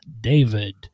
David